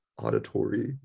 auditory